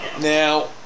now